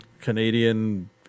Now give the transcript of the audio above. Canadian